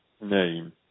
name